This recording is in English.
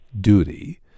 duty